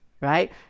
right